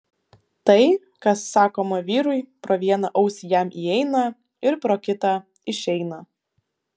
tai kas sakoma vyrui pro vieną ausį jam įeina ir pro kitą išeina